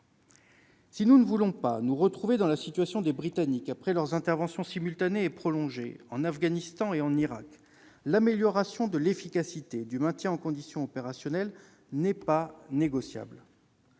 Si nous ne voulons pas nous retrouver dans la situation des Britanniques après leurs interventions simultanées et prolongées en Afghanistan et en Irak, l'amélioration de l'efficacité du maintien en condition opérationnelle n'est pas négociable.